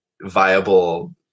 viable